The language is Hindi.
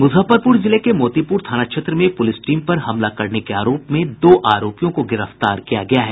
मुजफ्फरपुर जिले के मोतीपुर थाना क्षेत्र में पुलिस टीम पर हमला करने के आरोप में दो आरोपियों को गिरफ्तार किया गया है